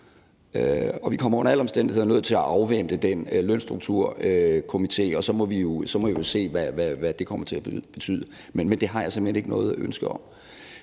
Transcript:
vi er under alle omstændigheder nødt til at afvente den Lønstrukturkomité, og så må vi jo se, hvad det kommer til at betyde. Men det har jeg simpelt hen ikke noget ønske om.